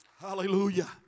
Hallelujah